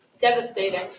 devastating